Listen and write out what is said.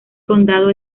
condado